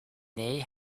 they